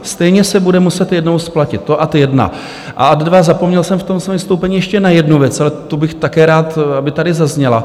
Stejně se bude muset jednou splatit, to ad 1, a ad 2, zapomněl jsem v svém vystoupení ještě na jednu věc, ale to bych také rád, aby tady zazněla.